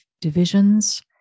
divisions